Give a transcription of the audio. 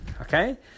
okay